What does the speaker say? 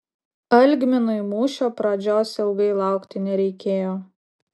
algminui mūšio pradžios ilgai laukti nereikėjo